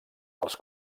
els